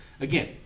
Again